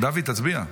דוד, תצביע.